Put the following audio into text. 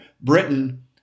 Britain